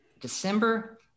December